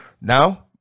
now